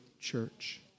church